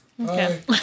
Okay